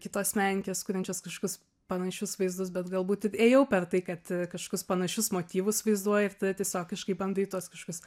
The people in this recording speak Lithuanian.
kitos menininkės kuriančios kažkokius panašius vaizdus bet galbūt ėjau per tai kad kažkokius panašius motyvus vaizduoja ir tada tiesiog kažkaip bandai tuos kažkokius